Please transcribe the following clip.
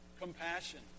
Compassion